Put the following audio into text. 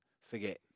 forget